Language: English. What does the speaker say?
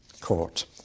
court